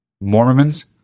Mormon's